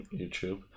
YouTube